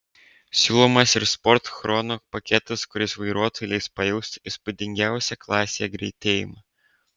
siūlomas ir sport chrono paketas kuris vairuotojui leis pajausti įspūdingiausią klasėje greitėjimą